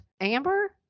Amber